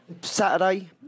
Saturday